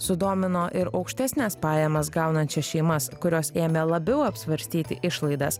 sudomino ir aukštesnes pajamas gaunančias šeimas kurios ėmė labiau apsvarstyti išlaidas